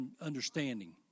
understanding